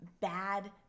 bad